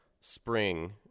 spring